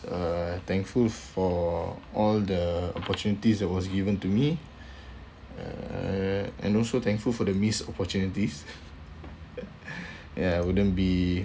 uh thankful for all the opportunities that was given to me uh and also thankful for the missed opportunities ya I wouldn't be